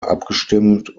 abgestimmt